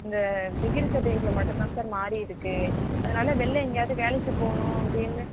இந்த டிகிரி சர்ட்டிஃபிக்கேட்டில் மட்டும் தான் சார் மாறி இருக்குது அதனால வெளில எங்கேயாது வேலைக்கு போகனும் அப்படின்னு